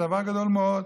זה דבר גדול מאוד.